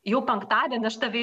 jau penktadienį aš tave